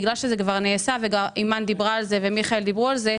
בגלל שזה כבר נעשה וכבר אימאן ומיכאל דיברו על זה.